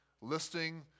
listing